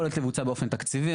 יכול להיות שזה יבוצע באופן תקציבי,